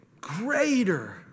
greater